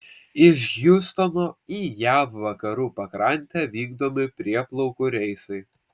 iš hjustono į jav vakarų pakrantę vykdomi prieplaukų reisai